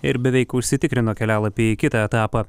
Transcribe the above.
ir beveik užsitikrino kelialapį į kitą etapą